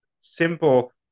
simple